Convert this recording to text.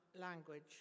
language